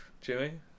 Jimmy